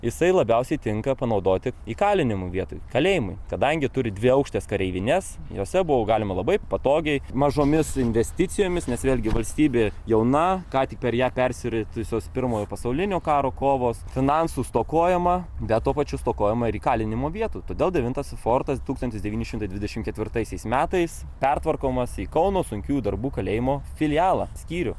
jisai labiausiai tinka panaudoti įkalinimų vietai kalėjimui kadangi turi dviaukštes kareivines jose buvo galima labai patogiai mažomis investicijomis nes vėlgi valstybė jauna ką tik per ją persiritusios pirmojo pasaulinio karo kovos finansų stokojama bet tuo pačiu stokojama ir įkalinimo vietų todėl devintas fortas tūkstantis devyni šimtai dvidešimt ketvirtaisiais metais pertvarkomas į kauno sunkiųjų darbų kalėjimo filialą skyrių